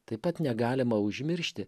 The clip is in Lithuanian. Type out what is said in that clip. taip pat negalima užmiršti